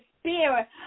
Spirit